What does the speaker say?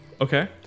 Okay